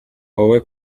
wowe